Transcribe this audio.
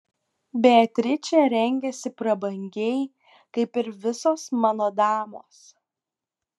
beatričė rengiasi prabangiai kaip ir visos mano damos